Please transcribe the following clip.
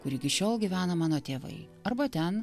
kur iki šiol gyvena mano tėvai arba ten